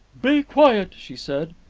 be quiet! she said.